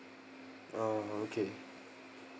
ah okay